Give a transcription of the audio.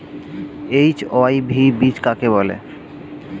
HYV বীজ কাকে বলে?